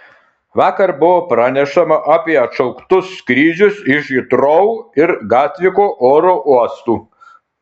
vakar buvo pranešama apie atšauktus skrydžius iš hitrou ir gatviko oro uostų